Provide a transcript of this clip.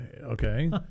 Okay